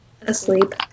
asleep